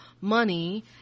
money